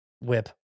whip